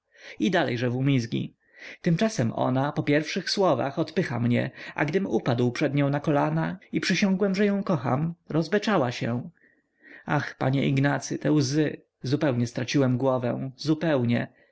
i dalejże w umizgi tymczasem ona po pierwszych słowach odpycha mnie a gdym upadł przed nią na kolana i przysiągłem że ją kocham rozbeczała się ach panie ignacy te łzy zupełnie straciłem głowę zupełnie